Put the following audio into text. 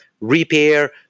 repair